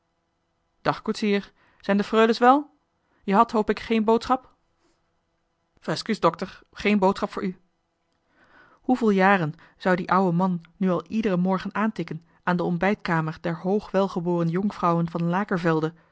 dag koetsier zijn de freules wel je hadt hoop ik geen boodschap voor me vr eskuus dokter geen boodschap voor u hoeveel jaren zou die ou'e man nu al iederen morgen aantikken aan de ontbijtkamer der hoogwelgeboren jonkvrouwen van